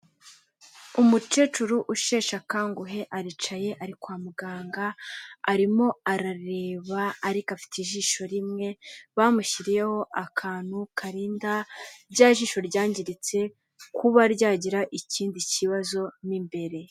Umukecuru usheshe akanguhe aricaye ari kwa muganga, arimo arareba ariko afite ijisho rimwe bamushyiriyeho akantu karinda rya jisho ryangiritse kuba ryagira ikindi kibazo mo imbere.